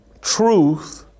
truth